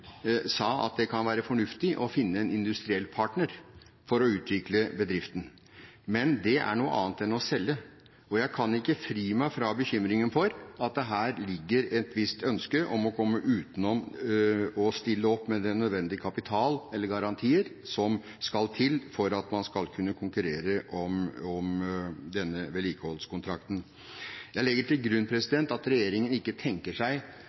sa at det kan være fornuftig å finne en industriell partner for å utvikle bedriften. Men det er noe annet enn å selge, og jeg kan ikke fri meg fra bekymringen for at det her ligger et visst ønske om å komme utenom å stille opp med den nødvendige kapital eller garantier som skal til for at man skal kunne konkurrere om denne vedlikeholdskontrakten. Jeg legger til grunn at regjeringen ikke tenker å stille seg